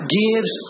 gives